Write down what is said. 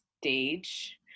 stage